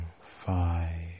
five